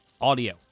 audio